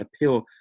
appeal